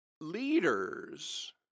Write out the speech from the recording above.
leaders